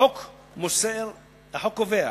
החוק קובע